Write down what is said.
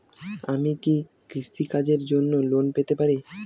আমি কি কৃষি কাজের জন্য লোন পেতে পারি?